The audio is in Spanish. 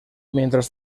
mientras